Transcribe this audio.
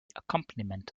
accompaniment